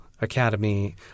Academy